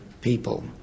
people